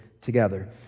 together